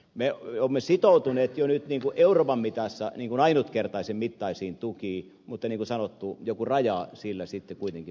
me olemme sitoutuneet jo nyt euroopan mitassa ainutkertaisen mittaisiin tukiin mutta niin kuin sanottu joku raja kuitenkin pitää silläkin olla